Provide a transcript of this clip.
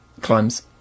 Climbs